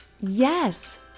Yes